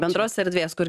bendros erdvės kur